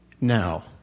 Now